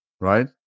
right